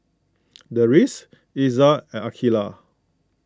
Deris Izzat and Aqeelah